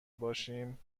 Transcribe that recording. باشیم